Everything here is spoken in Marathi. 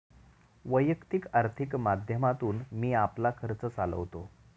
वैयक्तिक आर्थिक माध्यमातून तो आपला खर्च चालवतो